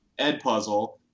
Edpuzzle